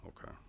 Okay